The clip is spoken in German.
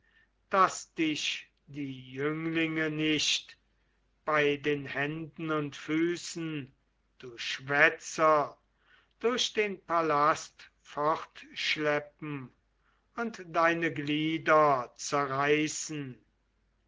daß dich die jünglinge nicht bei den händen und füßen du schwätzer durch den palast fortschleppen und deine glieder zerreißen